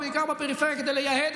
הרי בינינו,